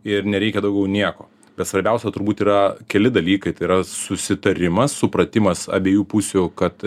ir nereikia daugiau nieko bet svarbiausia turbūt yra keli dalykai tai yra susitarimas supratimas abiejų pusių kad